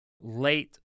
late